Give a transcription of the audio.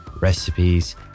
recipes